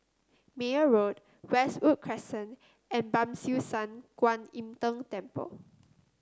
Meyer Road Westwood Crescent and Ban Siew San Kuan Im Tng Temple